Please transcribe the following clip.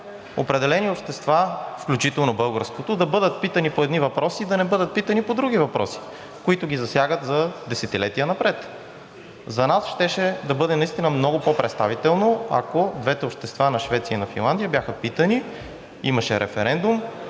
определени общества, включително българското, да бъдат питани по едни въпроси, да не бъдат питани по други въпроси, които ги засягат за десетилетия напред. За нас щеше да бъде наистина много по-представително, ако двете общества на Швеция и на Финландия бяха питани, имаше референдум